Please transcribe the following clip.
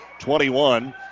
21